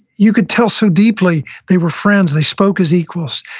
you could tell so deeply they were friends. they spoke as equals.